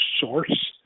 source